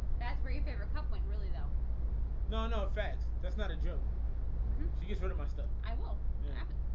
that's where your favorite cup went really though no no effects that's not a joke she gets rid of my stuff i will yeah,